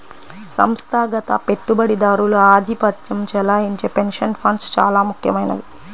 సంస్థాగత పెట్టుబడిదారులు ఆధిపత్యం చెలాయించే పెన్షన్ ఫండ్స్ చాలా ముఖ్యమైనవి